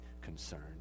concerned